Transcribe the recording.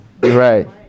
Right